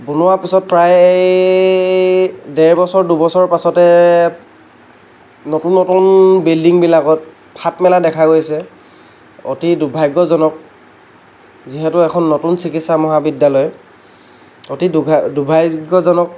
বনোৱাৰ পিছত প্ৰায় ডেৰ বছৰ দুবছৰ পাছতে নতুন নতুন বিল্ডিঙবিলাকত ফাট মেলা দেখা গৈছে অতি দুৰ্ভাগ্যজনক যিহেতু এখন নতুন চিকিৎসা মহাবিদ্যালয় অতি দুঘাই দুৰ্ভাগ্যজনক